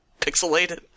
pixelated